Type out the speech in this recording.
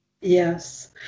Yes